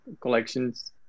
collections